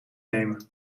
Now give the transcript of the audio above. nemen